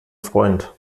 freund